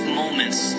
moments